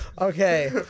Okay